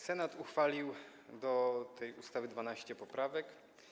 Senat uchwalił do tej ustawy 12 poprawek.